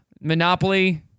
Monopoly